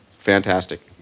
fantastic.